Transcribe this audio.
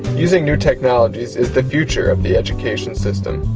using new technologies is the future of the education system.